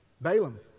Balaam